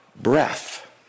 Breath